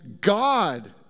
God